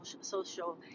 social